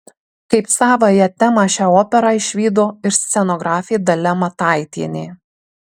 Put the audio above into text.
kaip savąją temą šią operą išvydo ir scenografė dalia mataitienė